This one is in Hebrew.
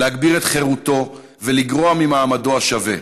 להגביל את חירותו ולגרוע ממעמדו השווה.